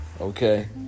okay